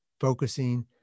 focusing